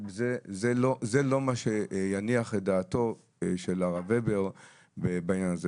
זה לא מה שיניח את דעתו של הרב הבר בעניין הזה.